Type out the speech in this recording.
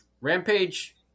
Rampage